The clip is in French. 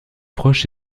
proche